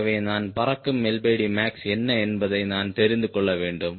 ஆகவே நான் பறக்கும் max என்ன என்பதை நான் தெரிந்து கொள்ள வேண்டும்